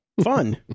Fun